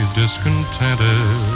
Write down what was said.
discontented